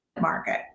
market